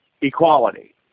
equality